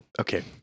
Okay